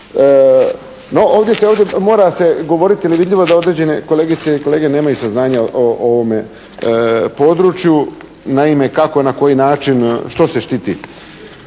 No, ovdje se mora govoriti jer je vidljivo da određene kolegice i kolege nemaju saznanja o ovome području. Naime, kako, na koji način, što se štiti?